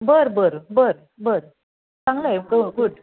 बरं बरं बरं बरं चांगलं आहे ग गूड